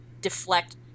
deflect